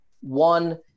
one